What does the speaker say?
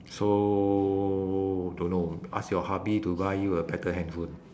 so don't know ask your hubby to buy you a better handphone